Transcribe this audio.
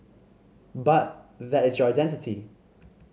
but that is your identity